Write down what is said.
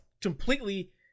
completely